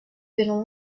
been